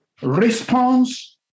Response